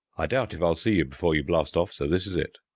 i doubt if i'll see you before you blast off, so this is it.